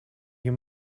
you